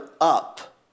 up